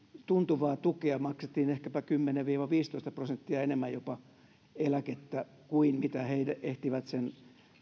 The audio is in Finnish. tuntuvaa tukea maksettiin ehkäpä jopa kymmenen viiva viisitoista prosenttia enemmän eläkettä kuin mitä he ehtivät sen